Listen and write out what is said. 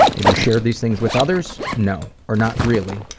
have you shared these things with others? no, or not really.